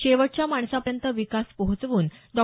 शेवटच्या माणसापर्यंत विकास पोहोचवून डॉ